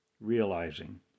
realizing